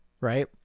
right